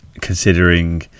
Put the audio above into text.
considering